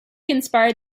inspired